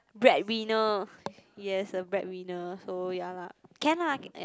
breadwinner yes a breadwinner so ya lah can lah !aiya!